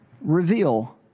reveal